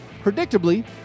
predictably